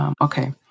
Okay